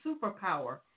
superpower